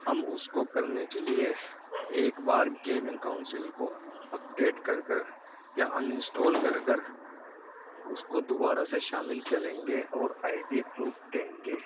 ہم اس کو کرنے کے لیے ایک بار گیمنگ کاؤنسل کو اپڈیٹ کر کر یا انسٹال کر کر اس کو دوبارہ سے شامل کریں گے اور آئی ڈی پروف دیں گے